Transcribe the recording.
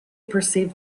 perceived